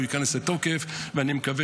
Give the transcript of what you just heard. אני מקווה